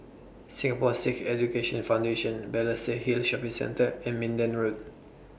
Singapore Sikh Education Foundation Balestier Hill Shopping Centre and Minden Road